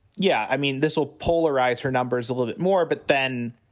yeah, i mean, this will polarize her numbers a little bit more, but then,